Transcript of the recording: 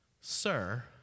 sir